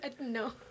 No